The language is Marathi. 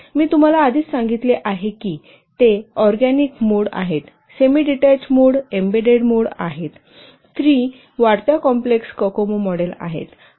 मी तुम्हाला आधीच सांगितले आहे की ते ऑरगॅनिक मोड आहेत सेमीडीटेच मोड आणि एम्बेडेड मोड आहेत 3 वाढत्या कॉम्प्लेक्स कोकोमो मॉडेल आहेत